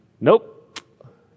nope